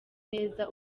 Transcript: neza